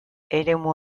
eremu